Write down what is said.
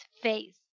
face